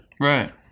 Right